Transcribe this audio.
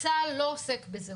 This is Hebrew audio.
צה"ל לא עוסק בזה.